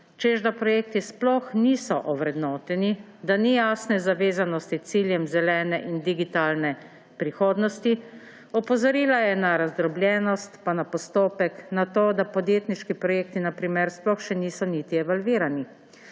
češ da projekti sploh niso ovrednoteni, da ni jasne zavezanosti ciljem zelene in digitalne prihodnosti, opozorila je na razdrobljenost, pa na postopek, na to, da podjetniški projekti na primer sploh še niso niti evalvirani.